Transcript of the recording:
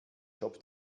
job